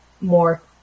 more